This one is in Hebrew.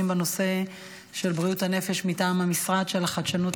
בנושא של בריאות הנפש מטעם המשרד לחדשנות,